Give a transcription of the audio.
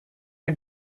are